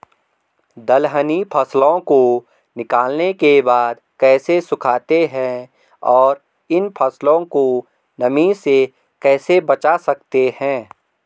दलहनी फसलों को निकालने के बाद कैसे सुखाते हैं और इन फसलों को नमी से कैसे बचा सकते हैं?